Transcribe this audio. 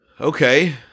okay